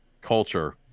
culture